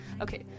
okay